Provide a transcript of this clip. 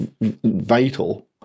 vital